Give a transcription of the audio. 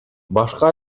башка